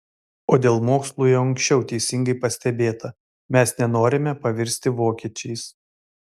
o dėl mokslų jau anksčiau teisingai pastebėta mes nenorime pavirsti vokiečiais